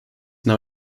now